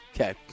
Okay